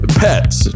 pets